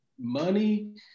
Money